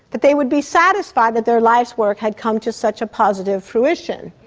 that they would be satisfied that their life's work had come to such a positive fruition.